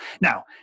Now